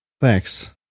Thanks